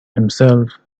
himself